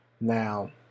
now